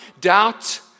doubt